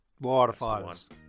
Waterfalls